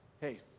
hey